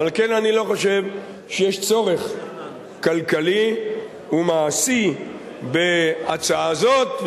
ועל כן אני לא חושב שיש צורך כלכלי ומעשי בהצעה הזאת,